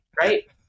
right